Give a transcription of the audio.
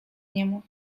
niemu